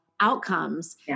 outcomes